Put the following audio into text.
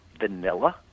vanilla